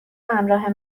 همراه